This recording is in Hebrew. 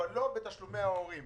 אבל לא בתשלומי ההורים.